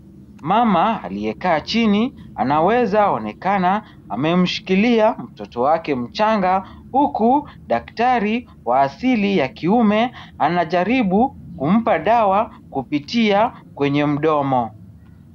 Mama aliyekaa chini anawezaonekana amemshikilia mtoto wake mchanga huku daktari qa asili ya kiume anajaribu kumpa dawa kupitia kwenye mdomo.